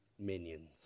minions